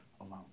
alone